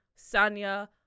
Sanya